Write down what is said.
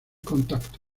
contacto